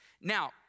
Now